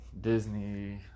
Disney